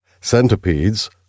centipedes